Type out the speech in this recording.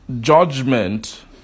judgment